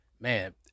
man